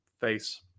face